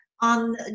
on